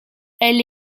elle